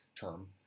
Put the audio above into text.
term